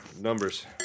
numbers